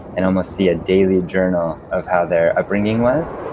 and almost see a daily journal of how their upbringing was.